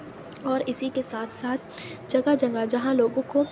اور اِسی کے ساتھ ساتھ جگہ جگہ جہاں لوگوں کو